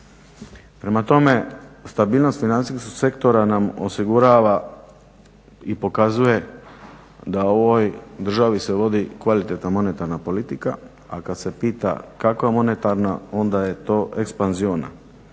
Prema tome, stabilnost financijskog sektora nam osigurava i pokazuje da u ovoj državi se vodi kvalitetna monetarna politika, a kad se pita kakva je monetarna onda je to ekspanziona.